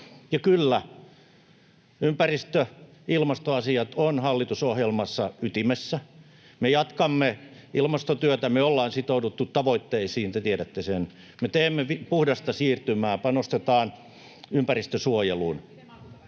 Ja, kyllä, ympäristö- ja ilmastoasiat ovat hallitusohjelmassa ytimessä. Me jatkamme ilmastotyötä. Me ollaan sitouduttu tavoitteisiin, te tiedätte sen. Me teemme puhdasta siirtymää, panostetaan ympäristönsuojeluun.